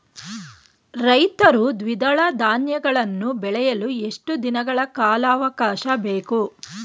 ರೈತರು ದ್ವಿದಳ ಧಾನ್ಯಗಳನ್ನು ಬೆಳೆಯಲು ಎಷ್ಟು ದಿನಗಳ ಕಾಲಾವಾಕಾಶ ಬೇಕು?